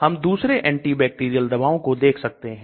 हम दूसरी एंटीबैक्टीरियल दवाओं को देख सकते हैं